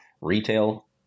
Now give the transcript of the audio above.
retail